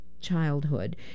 childhood